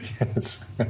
Yes